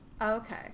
Okay